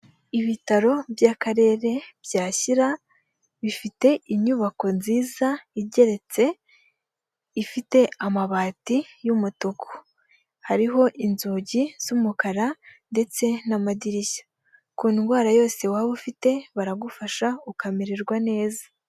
Ibitaro by'akarere Byashyira bifite inyubako nziza igeretse ifite amabati y'umutuku. Hariho inzugi z'umukara ndetse n'amadirishya. Ku ndwara yose waba ufite baragufasha ukamererwa neza.